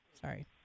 Sorry